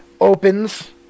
opens